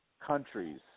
countries